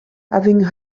having